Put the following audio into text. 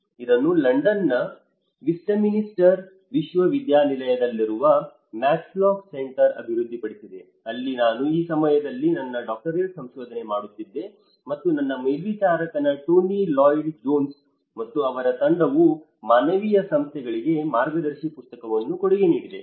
ಇದನ್ನು ಲಂಡನ್ನ ವೆಸ್ಟ್ಮಿನಿಸ್ಟರ್ ವಿಶ್ವವಿದ್ಯಾನಿಲಯದಲ್ಲಿರುವ ಮ್ಯಾಕ್ಸ್ ಲಾಕ್ ಸೆಂಟರ್ ಅಭಿವೃದ್ಧಿಪಡಿಸಿದೆ ಅಲ್ಲಿ ನಾನು ಆ ಸಮಯದಲ್ಲಿ ನನ್ನ ಡಾಕ್ಟರೇಟ್ ಸಂಶೋಧನೆ ಮಾಡುತ್ತಿದ್ದೆ ಮತ್ತು ನನ್ನ ಮೇಲ್ವಿಚಾರಕ ಟೋನಿ ಲಾಯ್ಡ್ ಜೋನ್ಸ್ ಮತ್ತು ಅವರ ತಂಡವು ಮಾನವೀಯ ಸಂಸ್ಥೆಗಳಿಗೆ ಮಾರ್ಗದರ್ಶಿ ಪುಸ್ತಕವನ್ನು ಕೊಡುಗೆ ನೀಡಿದೆ